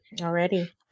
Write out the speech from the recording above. already